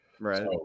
Right